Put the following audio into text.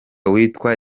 witwa